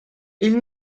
ils